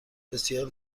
بسیار